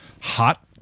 hot